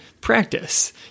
practice